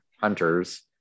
hunters